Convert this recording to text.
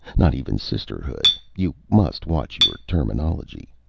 not even sisterhood. you must watch your terminology.